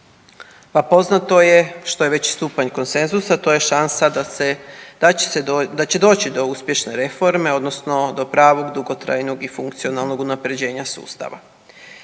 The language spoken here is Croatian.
Pa poznato je što je veći stupanj konsenzusa to je šansa da će doći do uspješne reforme odnosno do pravog, dugotrajnog i funkcionalnog unaprjeđenja sustava.